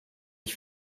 ich